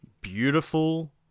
beautiful